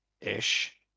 ish